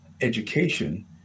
education